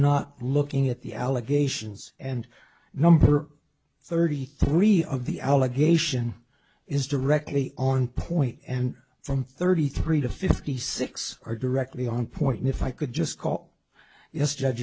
not looking at the allegations and number thirty three of the allegation is directly on point and from thirty three to fifty six or directly on point if i could just call yes judge